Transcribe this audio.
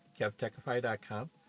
KevTechify.com